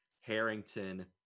Harrington